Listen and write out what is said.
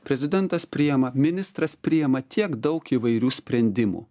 prezidentas priima ministras priima tiek daug įvairių sprendimų